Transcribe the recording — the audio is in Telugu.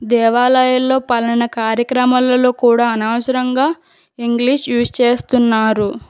దేవాలయాల్లో పలానా కార్యక్రమాలలో కూడా అనవసరంగా ఇంగ్లీష్ యూజ్ చేస్తున్నారు